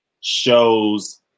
shows